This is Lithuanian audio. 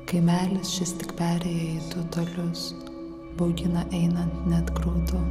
kiemelis šis tik perėja į du tolius baugina einant net graudu